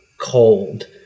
cold